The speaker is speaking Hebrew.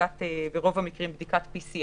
ברוב המקרים זאת בדיקת PCR,